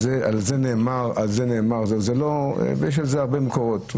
יש על זה הרבה מקורות.